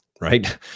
right